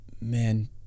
man